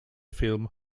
film